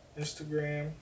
Instagram